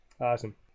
awesome